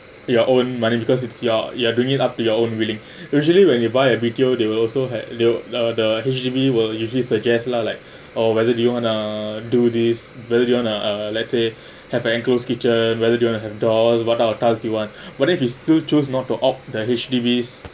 your own money because it's your you are doing it up to your own willing usually when you buy a retail they will also had they'll the H_D_B will usually suggest lah like or whether do you want to do this whether do you want to uh let's say have a ankles kitchen whether do you want to have a dog or what type of tiles you want but then if you still choose not to opt the H_D_B